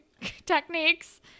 techniques